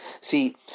See